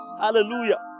Hallelujah